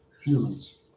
humans